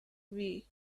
wii